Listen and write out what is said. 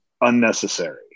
unnecessary